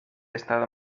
estado